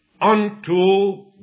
unto